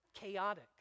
chaotic